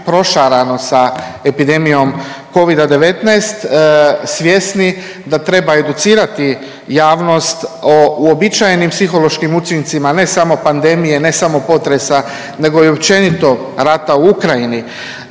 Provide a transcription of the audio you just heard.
prošarano sa epidemijom Covida-19 svjesni da treba educirati javnost o uobičajenim psihološkim učincima, ne samo pandemije, ne samo potresa nego i općenito rata u Ukrajini.